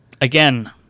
again